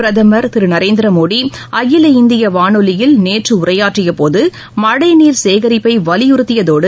பிரதமர் திரு நரேந்திர மோடி அகில இந்திய வானொலியில் நேற்று உரையாற்றிய போது மழை நீர் சேகரிப்பை வலியுறுத்தியதோடு